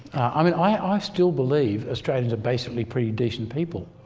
i mean, i ah still believe australians are basically pretty decent people.